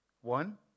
One